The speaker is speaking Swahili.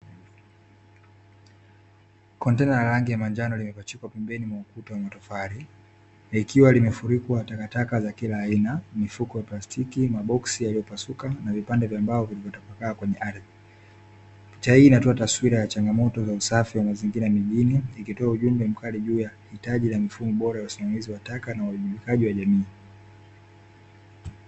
Kontena ya rangi ya manjano limepachikwa pembeni mwa ukuta wa matofali, likiwa limefunikwa takataka za kila aina; mifuko ya plastiki, maboksi yaliyopasuka, na vipande vya mbao vilivyotapakaa kwenye ardhi. Inatoa taswira ya changamoto za usafi wa mazingira mijini, ikitoa ujumbe mkali juu ya hitaji la mifumo bora wa usimamizi wa taka na uwajibikaji wa jamii.